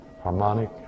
harmonic